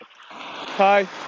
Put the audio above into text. hi